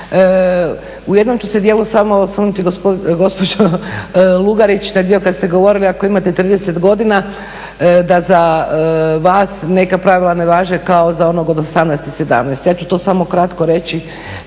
U jednom ću se djelu samo osvrnuti, gospođo Lugarić, taj dio kad ste govorili ako imate 30 godina da za vas neka pravila ne važe kao za onog od 18 ili 17. Ja ću to samo kratko reći,